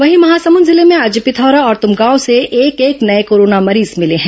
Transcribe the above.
वहीं महासमुद जिले में आज पिथौरा और तुमगांव से एक एक नये कोरोना मरीज मिले हैं